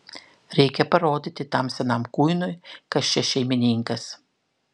reikia parodyti tam senam kuinui kas čia šeimininkas